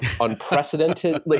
unprecedented